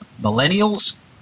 millennials